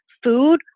food